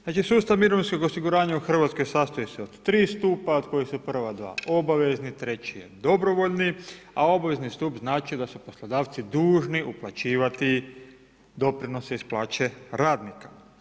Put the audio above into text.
Znači sustav mirovinskog osiguranja u Hrvatskoj sastoji se od tri stupa od koji su prva dva obavezni, treći je dobrovoljni, a obvezni stup znači da su poslodavci dužni uplaćivati doprinose iz plaće radnika.